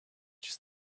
just